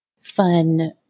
fun